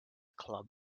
club